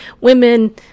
Women